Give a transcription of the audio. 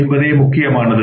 என்பதே முக்கியமானது